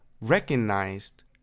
recognized